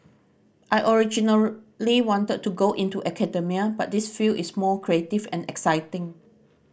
I originally wanted to go into academia but this field is more creative and exciting